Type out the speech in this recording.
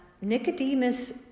Nicodemus